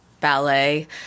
ballet